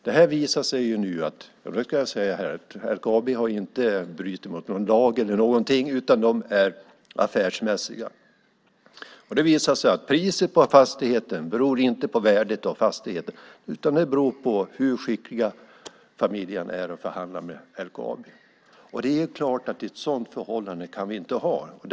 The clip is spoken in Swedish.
Nu är man på LKAB affärsmässiga - jag vill gärna framhålla det; de har inte brutit mot någon lag här - och det visar sig att priset på fastigheterna inte beror på värdet utan på hur skickliga familjerna är i att förhandla med LKAB. Det är klart att vi inte kan ha ett sådant förhållande.